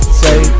say